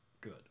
good